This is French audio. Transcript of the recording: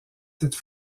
cette